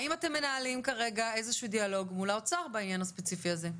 האם אתם מנהלים כרגע איזה שהוא דיאלוג מול האוצר בעניין הספציפי הזה?